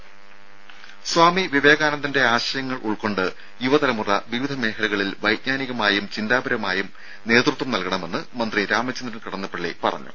രും സ്വാമി വിവേകാനന്ദന്റെ ആശയങ്ങൾ ഉൾക്കൊണ്ട് യുവതലമുറ വിവിധ മേഖലകളിൽ വൈജ്ഞാനികമായും ചിന്താപരമായും നേതൃത്വം നൽകണമെന്ന് മന്ത്രി രാമചന്ദ്രൻ കടന്നപ്പള്ളി പറഞ്ഞു